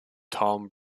tom